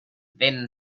then